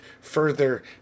further